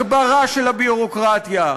הגברה של הביורוקרטיה,